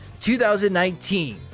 2019